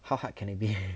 how hard can it be